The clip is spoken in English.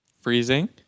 Freezing